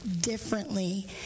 differently